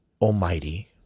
Almighty